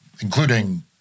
including